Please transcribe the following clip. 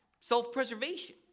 self-preservation